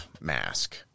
mask